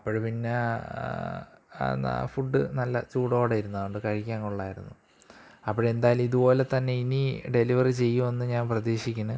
അപ്പോള് പിന്നാ ന ഫുഡ് നല്ല ചൂടോടെയിരുന്നു അതുകൊണ്ട് കഴിക്കാൻ കൊള്ളാമായിരുന്നു അപ്പോള് എന്തായാലും ഇതുപോലെ തന്നെ ഇനീ ഡെലിവറി ചെയ്യുമെന്ന് ഞാന് പ്രതീഷിക്കണ്